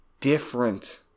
different